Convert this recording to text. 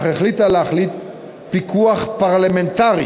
אך החליטה להחיל פיקוח פרלמנטרי,